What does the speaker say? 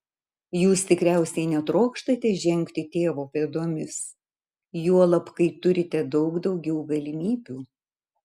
jūs tikriausiai netrokštate žengti tėvo pėdomis juolab kai turite daug daugiau galimybių